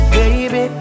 baby